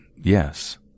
yes